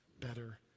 better